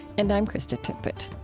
and i'm krista tippett